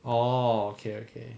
oh okay okay